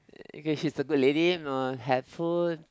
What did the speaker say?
cause she's a good lady know helpful